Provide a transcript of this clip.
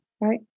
right